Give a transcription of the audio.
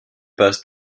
passe